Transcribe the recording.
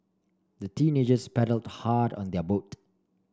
the teenagers paddled hard on their boat